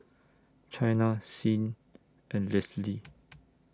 Chyna Sing and Lisle